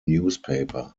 newspaper